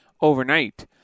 overnight